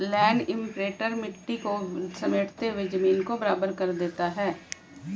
land imprinter मिट्टी को समेटते हुए जमीन को बराबर भी कर देता है